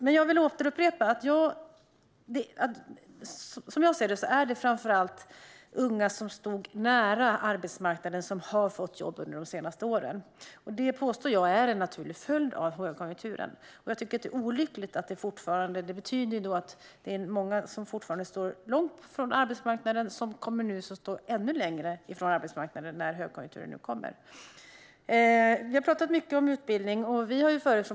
Låt mig upprepa att som jag ser det är det framför allt unga som har stått nära arbetsmarknaden som har fått jobb de senaste åren. Jag påstår att det är en naturlig följd av högkonjunkturen. Detta betyder att det är många som fortfarande står långt från arbetsmarknaden som kommer att stå ännu längre från arbetsmarknaden när lågkonjunkturen kommer. Vi har talat mycket om utbildning.